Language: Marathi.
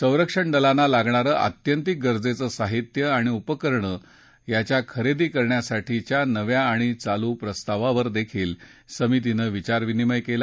संरक्षण दलांना लागणारं आत्यंतिक गरजेचं साहित्य आणि उपकरणं खरेदी करण्यासाठीच्या नव्या आणि चालू प्रस्तावावर देखील समितीनं विचार विनिमय केला